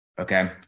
Okay